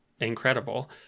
incredible